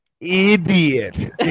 idiot